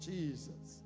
Jesus